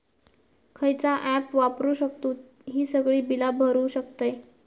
खयचा ऍप वापरू शकतू ही सगळी बीला भरु शकतय?